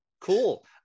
cool